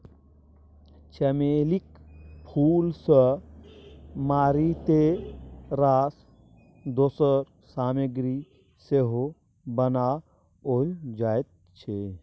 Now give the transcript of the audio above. चमेलीक फूल सँ मारिते रास दोसर सामग्री सेहो बनाओल जाइत छै